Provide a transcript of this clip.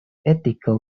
ethical